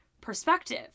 perspective